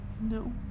no